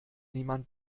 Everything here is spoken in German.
niemand